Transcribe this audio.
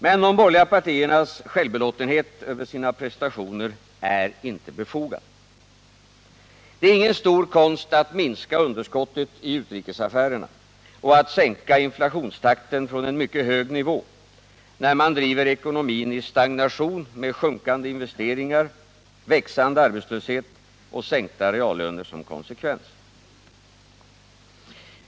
Men de borgerliga partiernas självbelåtenhet över sina prestationer är inte befogad. Det är ingen stor konst att minska underskottet i utrikesaffärerna och att sänka inflationstakten från en mycket hög nivå när man driver ekonomin i stagnation med sjunkande investeringar, växande arbetslöshet och sänkta reallöner som konsekvens.